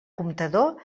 comptador